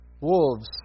wolves